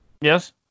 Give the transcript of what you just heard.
Yes